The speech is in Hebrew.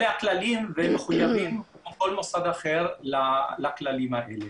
אלה הכללים והם מחויבים כמו כל מוסד אחר לכללים האלה.